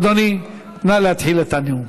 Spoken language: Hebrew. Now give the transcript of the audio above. אדוני, נא להתחיל את הנאום.